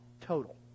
total